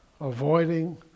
avoiding